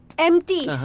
empty!